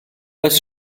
oes